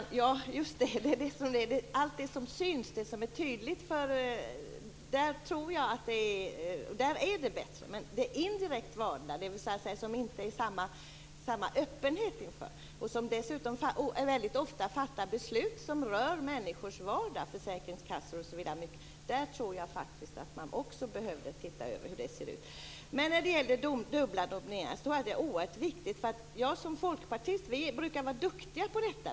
Fru talman! Jag tror att situationen är bättre när det gäller alla beslutsfattande organ som syns och som är tydliga. Men jag tror också att man behöver se över situationen när det gäller de indirekt valda organen, som inte omfattas av samma öppenhet. De fattar väldigt ofta beslut som rör människors vardag. Det gäller försäkringskassor osv. Jag tror att dubbla nomineringar är oerhört viktigt. Vi i Folkpartiet brukar vara duktiga på detta.